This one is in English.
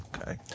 Okay